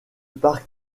parc